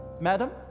Madam